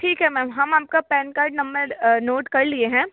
ठीक है मैम हम आपका पेनकार्ड नंबर नोट कर लिए हैं